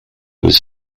was